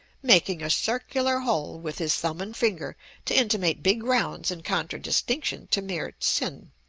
making a circular hole with his thumb and finger to intimate big rounds in contradistinction to mere tsin.